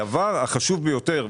הדבר החשוב ביותר,